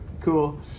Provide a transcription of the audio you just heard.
Cool